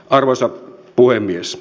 arvoisa puhemies